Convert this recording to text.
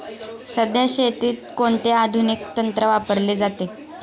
सध्या शेतीत कोणते आधुनिक तंत्र वापरले जाते?